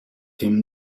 him